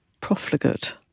profligate